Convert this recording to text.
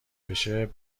بشه